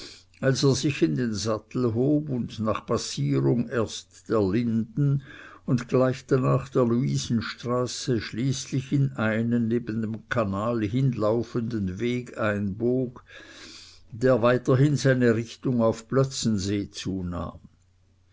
als er sich in den sattel hob und nach passierung erst der linden und gleich danach der luisenstraße schließlich in einen neben dem kanal hinlaufenden weg einbog der weiterhin seine richtung auf plötzensee zu